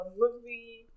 movie